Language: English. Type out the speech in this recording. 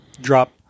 drop